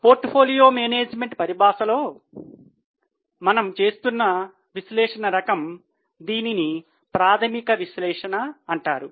portfolio management పరిభాషలో మనము చేస్తున్న విశ్లేషణ రకం దీనిని ప్రాథమిక విశ్లేషణ అంటారు